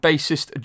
Bassist